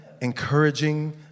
encouraging